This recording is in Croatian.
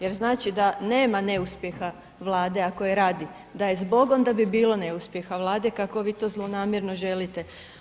Jer znači, da nema neuspjeha vlade, ako je radi, da je zbog, onda bi bilo neuspjeha vlade, kako vi to zlonamjerno želite.